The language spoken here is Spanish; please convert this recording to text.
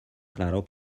claro